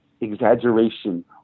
exaggeration